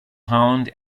holland